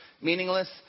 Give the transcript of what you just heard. meaningless